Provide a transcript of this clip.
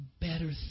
better